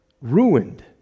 ruined